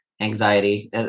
anxiety